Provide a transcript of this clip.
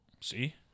See